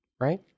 right